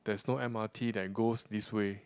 there's no M_R_T that goes this way